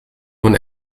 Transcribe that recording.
nun